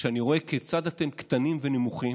אני רואה כיצד אתם קטנים ונמוכים,